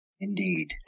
indeed